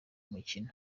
umukino